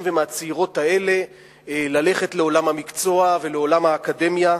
ומהצעירות האלה ללכת לעולם המקצוע ולעולם האקדמיה,